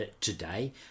today